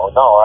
no